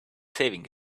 saving